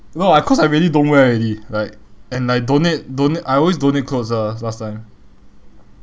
no I cause I really don't wear already like and like donate donate I always donate clothes lah last time